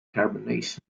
carbonation